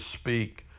speak